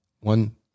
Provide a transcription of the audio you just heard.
one